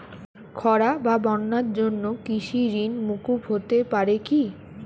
খরা বা বন্যার জন্য কৃষিঋণ মূকুপ হতে পারে কি?